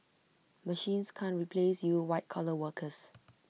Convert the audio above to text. machines can't replace you white collar workers